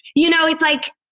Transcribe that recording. you know, it's like,